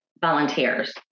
volunteers